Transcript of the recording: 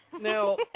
Now